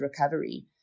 recovery